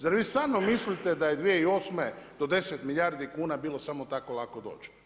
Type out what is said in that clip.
Zar vi stvarno mislite da je 2008. do 10 milijardi kuna bilo samo tako lako doć?